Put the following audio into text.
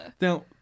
now